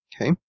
Okay